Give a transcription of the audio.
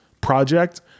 project